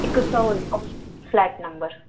हिकु सौ हिकु फ्लैट नंबर